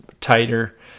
tighter